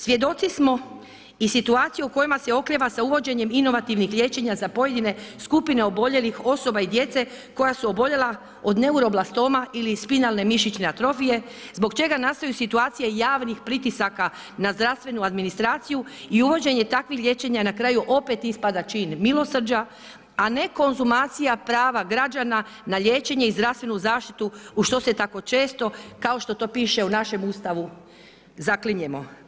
Svjedoci smo i situacije u kojima se oklijeva sa uvođenjem inovativnih liječenja za pojedine skupine oboljelih osoba i djece koja su oboljela od neuroblastoma ili spinalne mišićne atrofije, zbog čega nastaju situacije javnih pritisaka na zdravstvenu administraciju i uvođenje takvih liječenja na kraju opet ispada čin milosrđa, a ne konzumacija prava građana na liječenje i zdravstvenu zaštitu u što se tako često kao što piše u našem Ustavu zaklinjemo.